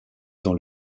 dans